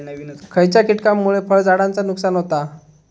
खयच्या किटकांमुळे फळझाडांचा नुकसान होता?